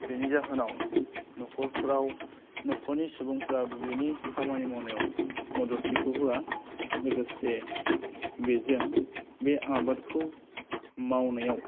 बिनि जाहोनाव नख'रफ्राव नख'रनि सबुंफ्रा बिनि खामानि मावनायाव मददथिखौ होआ लोगोसे बेजों बे आबादखौ मावनायाव